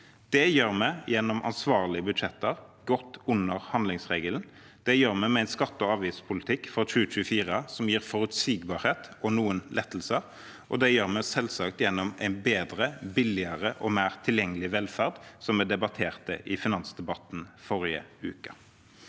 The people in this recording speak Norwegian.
Det gjør vi gjennom ansvarlige budsjetter godt under handlingsregelen, det gjør vi med en skatte- og avgiftspolitikk for 2024 som gir forutsigbarhet og noen lettelser, og det gjør vi selvsagt gjennom en bedre, billigere og mer tilgjengelig velferd, som vi debatterte i finansdebatten forrige uke.